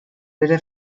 bere